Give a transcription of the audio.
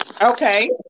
okay